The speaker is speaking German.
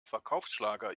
verkaufsschlager